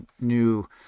new